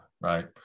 Right